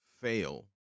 fail